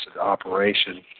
operation